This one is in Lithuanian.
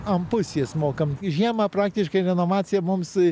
ant pusės mokam žiemą praktiškai renovacija mums